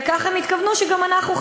וכך הם התכוונו שגם אנחנו,